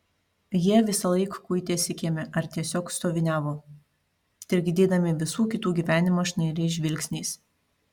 jie visąlaik kuitėsi kieme ar tiesiog stoviniavo trikdydami visų kitų gyvenimą šnairais žvilgsniais